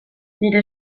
nire